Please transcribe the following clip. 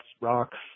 rocks